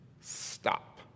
stop